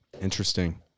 interesting